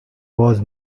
was